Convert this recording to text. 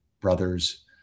brothers